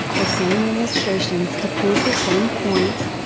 the same illustrations to prove the same points,